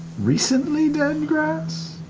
recently dead and grass?